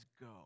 go